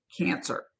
cancer